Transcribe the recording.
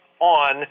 on